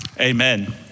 Amen